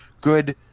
Good